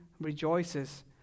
rejoices